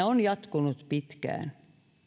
on jatkunut pitkään